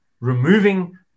removing